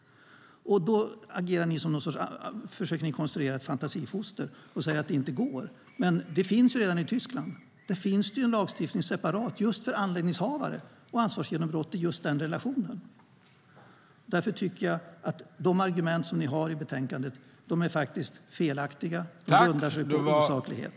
Då försöker ni konstruera ett fantasifoster och säga att det inte går, men detta finns redan i Tyskland. Där finns det en lagstiftning separat för just anläggningshavare och ansvarsgenombrott i just den relationen. Därför tycker jag att de argument som ni har i betänkandet är felaktiga och grundar sig på osaklighet.